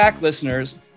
Listeners